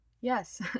Yes